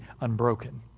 unbroken